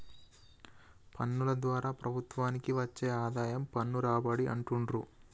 పన్నుల ద్వారా ప్రభుత్వానికి వచ్చే ఆదాయం పన్ను రాబడి అంటుండ్రు